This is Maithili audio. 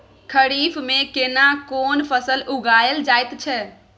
खरीफ में केना कोन फसल उगायल जायत छै?